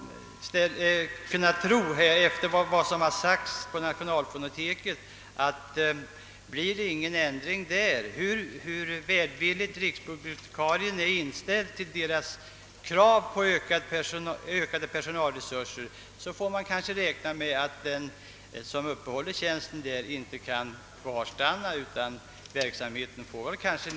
Efter vad jag hört får man kanske — hur välvilligt inställd riksbibliotekarien än är till kravet på ökad personal — svårigheter att på ett tillfredsställande sätt sköta verksamheten.